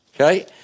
okay